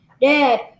Dad